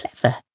clever